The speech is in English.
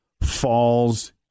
falls